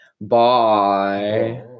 Bye